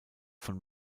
von